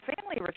family